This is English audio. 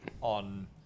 on